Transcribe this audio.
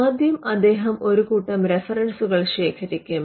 ആദ്യം അദ്ദേഹം ഒരു കൂട്ടം റഫറൻസുകൾ ശേഖരിക്കും